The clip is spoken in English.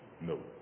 No